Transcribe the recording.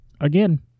again